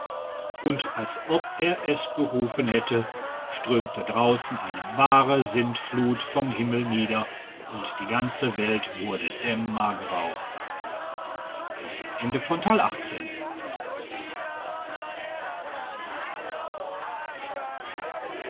und als ob er es berufen hätte strömte draußen eine wahre sintflut vom himmel nieder und die ganze welt wurde dämmergrau